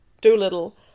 Doolittle